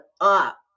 up